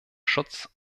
schutz